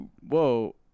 Whoa